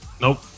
Nope